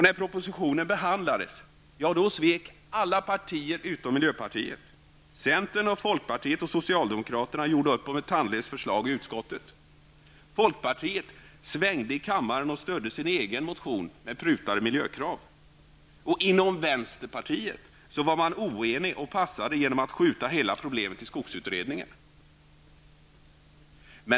När propositionen behandlades svek alla partier utom miljöpartiet. Centern, folkpartiet och socialdemokraterna gjorde i utskottet upp om ett tandlöst förslag. Folkpartiet svängde i kammaren och stödde sin egen motion med prutade miljökrav. Inom vänsterpartiet var man oenig och passade genom att skjuta hela problemet till skogsutredningen.